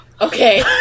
okay